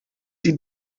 die